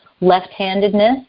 left-handedness